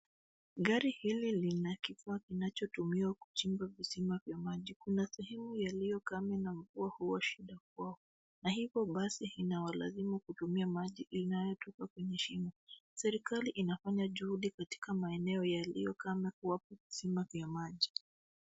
Gari hili lina kifaa kinachotumiwa kuchimba kisima vya maji. Kuna sehemu yaliyo kame na mvua huwa shida kwao, na hivyo basi inawalazimu kutumia maji inayotoka kwenye shimo. Serikali inafanya juhudi katika maeno yaliyo kame kawapa visima vya maji.